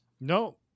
No